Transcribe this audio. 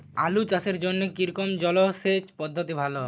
আলু চাষের জন্য কী রকম জলসেচ পদ্ধতি ভালো?